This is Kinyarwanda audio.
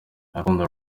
urukundo